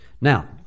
Now